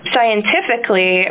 Scientifically